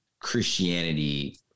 Christianity